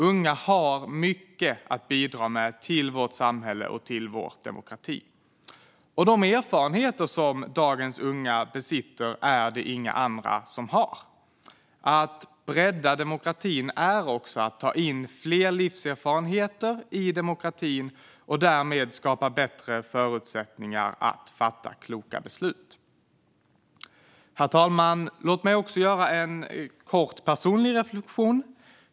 Unga har mycket att bidra med till vårt samhälle och till vår demokrati. Och de erfarenheter som dagens unga besitter är det inga andra som har. Att bredda demokratin är att också att ta in fler livserfarenheter i demokratin och därmed skapa bättre förutsättningar att fatta kloka beslut. Herr talman! Låt mig göra en kort personlig reflektion.